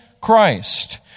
Christ